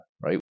right